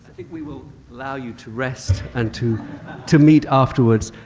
think we will allow you to rest, and to to meet afterwards.